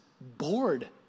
bored